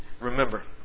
Remember